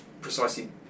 precisely